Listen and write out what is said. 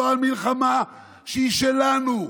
לא על מלחמה שהיא שלנו.